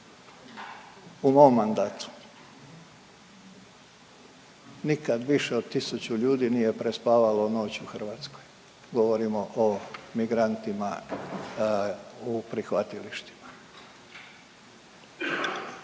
u mom mandatu nikad više od 1000 ljudi nije prespavalo noć u Hrvatskoj, govorimo o migrantima u prihvatilištima.